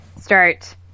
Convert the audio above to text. start